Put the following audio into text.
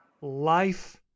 life